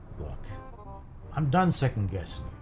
look i'm done second guessing.